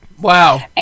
Wow